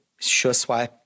SureSwipe